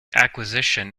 acquisition